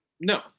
No